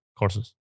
courses